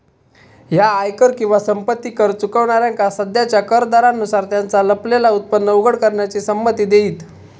ह्या आयकर किंवा संपत्ती कर चुकवणाऱ्यांका सध्याच्या कर दरांनुसार त्यांचा लपलेला उत्पन्न उघड करण्याची संमती देईत